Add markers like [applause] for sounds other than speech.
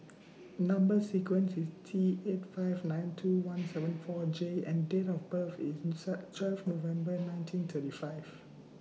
Number sequence IS T eight five nine two one seven four J and Date of birth IS [unintelligible] twelve November nineteen thirty five